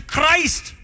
Christ